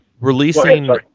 releasing